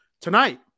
Tonight